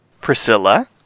Priscilla